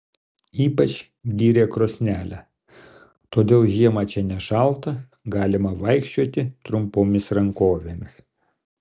ypač gyrė krosnelę todėl žiemą čia nešalta galima vaikščioti trumpomis rankovėmis